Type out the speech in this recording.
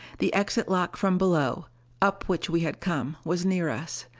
the exit lock from below up which we had come was near us.